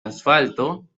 asfalto